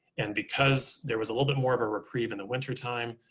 and because there was a little bit more of a reprieve in the wintertime,